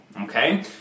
Okay